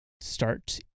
start